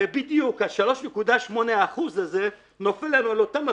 הרי בדיוק ה-3.8% האלה נופל לנו על אותם ה"פיקים",